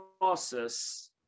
process